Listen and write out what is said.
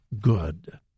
good